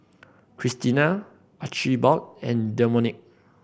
Krystina Archibald and Domenic